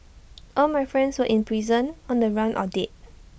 all my friends were in prison on the run or dead